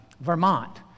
Vermont